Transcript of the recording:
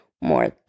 more